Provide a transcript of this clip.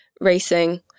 racing